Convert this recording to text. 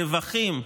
הרווחים,